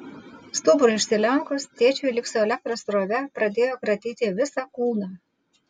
stuburui išsilenkus tėčiui lyg su elektros srove pradėjo kratyti visą kūną